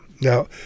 Now